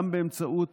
גם באמצעות